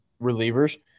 relievers